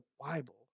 Bible